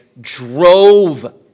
drove